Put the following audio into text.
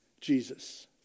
Jesus